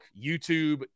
YouTube